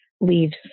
leaves